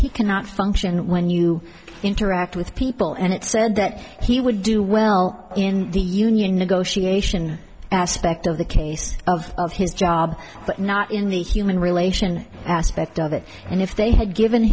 he cannot function when you interact with people and it said that he would do well in the union negotiation aspect of the case of of his job but not in the human relation aspect of it and if they had given